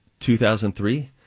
2003